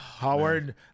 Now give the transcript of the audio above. Howard